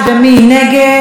מי נגד?